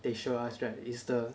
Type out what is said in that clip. they show us right is the